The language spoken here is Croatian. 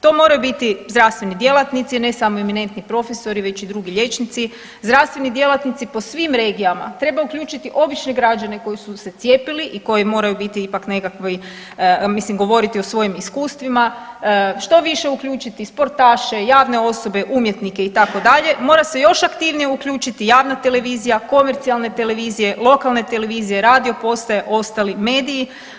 To moraju biti zdravstveni djelatnici, a ne samo eminentni profesori već i drugi liječnici, zdravstveni djelatnici po svim regijama, treba uključiti obične građane koji su se cijepili i koji moraju biti ipak nekakvi, mislim govoriti o svojim iskustvima, što više uključiti sportaše, javne osobe, umjetnike itd., mora se još aktivnije uključiti javna televizija, komercijalne televizije, lokalne televizije, radio postaje, ostali mediji.